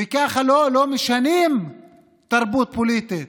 וככה לא משנים תרבות פוליטית,